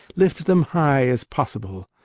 lift them high as possible!